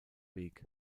weg